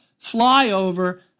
flyover